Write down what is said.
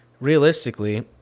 realistically